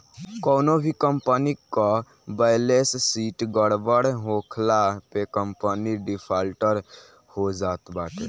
कवनो भी कंपनी कअ बैलेस शीट गड़बड़ होखला पे कंपनी डिफाल्टर हो जात बाटे